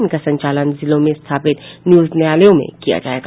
इनका संचालन जिलों में स्थापित नियोजनालयों में किया जायेगा